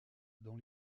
dans